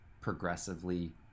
progressively